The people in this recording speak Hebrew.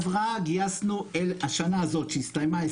השנה הזאת שהסתיימה,